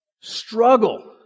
struggle